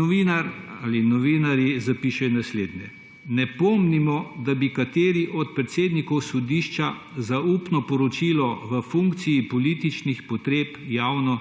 novinar ali novinarji zapišejo naslednje: »Ne pomnimo, da bi kateri od predsednikov sodišča zaupno poročilo v funkciji političnih potreb javno